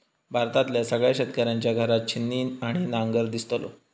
भारतातल्या सगळ्या शेतकऱ्यांच्या घरात छिन्नी आणि नांगर दिसतलो